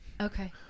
Okay